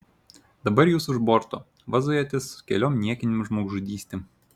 dabar jūs už borto vazojatės su keliom niekinėm žmogžudystėm